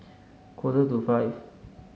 quarter to five